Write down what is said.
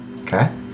Okay